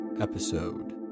episode